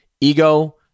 ego